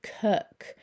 cook